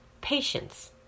Patience